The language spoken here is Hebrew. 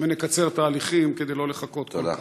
ונקצר תהליכים כדי לא לחכות כל כך.